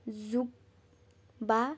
যোগ বা